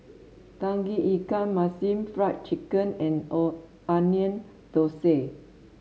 Tauge Ikan Masin Fried Chicken and O Onion Thosai